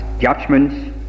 judgments